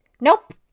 Nope